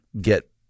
get